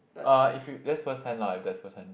uh if you that's first hand lah if that's first hand